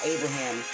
Abraham